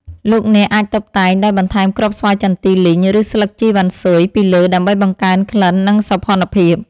លោកអ្នកអាចតុបតែងដោយបន្ថែមគ្រាប់ស្វាយចន្ទីលីងឬស្លឹកជីរវ៉ាន់ស៊ុយពីលើដើម្បីបង្កើនក្លិននិងសោភ័ណភាព។